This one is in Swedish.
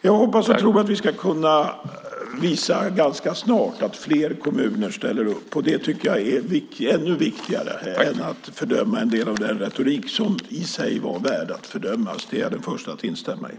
Jag hoppas och tror att vi ganska snart ska kunna visa att fler kommuner ställer upp, och det tycker jag är ännu viktigare än att fördöma en del av den retorik som i sig var värd att fördömas - det är jag den första att instämma i.